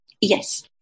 Yes